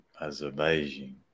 Azerbaijan